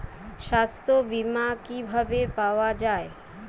সাস্থ্য বিমা কি ভাবে পাওয়া যায়?